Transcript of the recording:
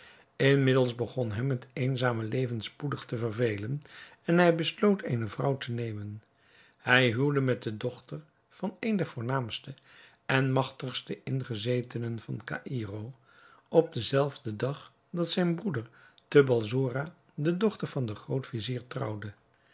inmiddels begon hem het eenzame leven spoedig te vervelen en hij besloot eene vrouw te nemen hij huwde met de dochter van een der voornaamste en magtigste ingezetenen van caïro op den zelfden dag dat zijn broeder te balsora de dochter van den groot-vizier trouwde